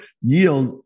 yield